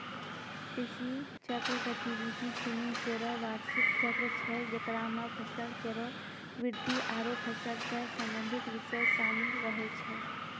कृषि चक्र गतिविधि सिनी केरो बार्षिक चक्र छै जेकरा म फसल केरो वृद्धि आरु फसल सें संबंधित बिषय शामिल रहै छै